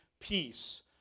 peace